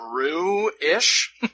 true-ish